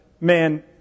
man